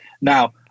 Now